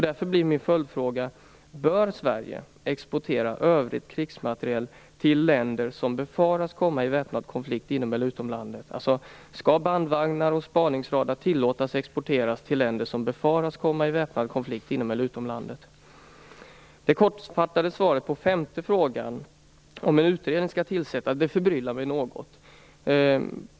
Därför blir min följdfråga: Skall Sverige tillåta export av övrig krigsmateriel som bandvagnar och spaningsradar till länder som befaras komma i väpnad konflikt inom eller utom landet? Det kortfattade svaret på min femte fråga, huruvida en utredning skall tillsättas, förbryllar mig något.